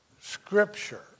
Scripture